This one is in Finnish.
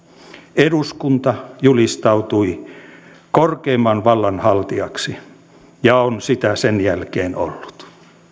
eduskunta julistautui korkeimman vallan haltijaksi ja on sitä sen jälkeen ollut